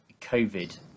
COVID